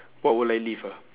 what will I leave ah